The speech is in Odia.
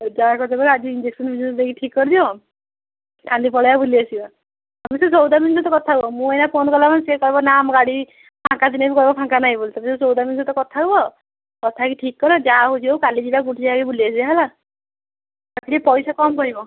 ହଉ ଯା କରୁଛ କର ଇଞ୍ଜେକସନ୍ଫିଞ୍ଜେକସନ ଦେଇକି ଠିକ୍ କରିଦିଅ କାଲି ପଳେଇବା ବୁଲି ଆସିବା ତମେ ସେ ସୌଦାମିନି ସହ କଥା ହୁଅ ମୁଁ ଏଇନା ଫୋନ୍ କଲା ମାନେ ସିଏ କହିବ ନା ଆମ ଗାଡ଼ି ଫାଙ୍କା ଥିନେ ବି କହିବ ଫାଙ୍କା ନାଇ ବୋଲି ତମେ ସେ ସୌଦାମିନି ସହିତ କଥା ହୁଅ କଥା ହେଇକି ଠିକ୍ କର ଯାହା ହେଉଛିି ହଉ କାଲି ଯିବା ଗୁଣ୍ଡିଚାଘାଇ ବୁଲି ଆସିବା ହେଲା ତାକୁ ଟିକିଏ ପଇସା କମ୍ କହିବ